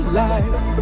life